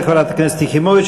תודה לחברת הכנסת יחימוביץ.